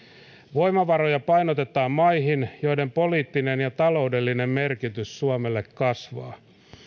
voimavaroja painotetaan maihin joiden poliittinen ja taloudellinen merkitys suomelle kasvaa